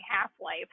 half-life